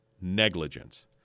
negligence